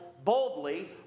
boldly